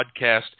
podcast